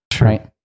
right